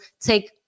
take